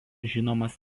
žinomas